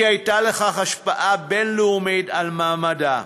כי תהיה לכך השפעה בין-לאומית על מעמדה: